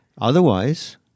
otherwise